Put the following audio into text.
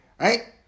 right